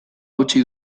utzi